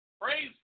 Praise